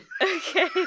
Okay